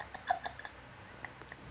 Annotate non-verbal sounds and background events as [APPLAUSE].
[LAUGHS]